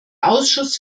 ausschuss